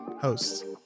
hosts